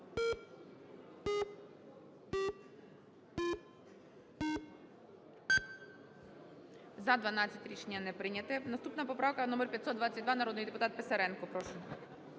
За-12 Рішення не прийнято. Наступна поправка - номер 525, народний депутат Гуляєв.